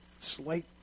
slight